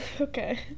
Okay